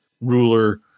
ruler